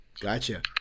Gotcha